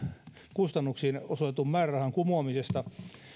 kustannuksiin osoitetun määrärahan kumoamisesta